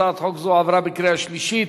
הצעת חוק זו עברה בקריאה שלישית